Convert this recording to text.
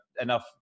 enough